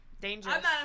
Dangerous